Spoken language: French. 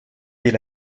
est